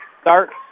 start